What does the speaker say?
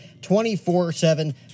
24-7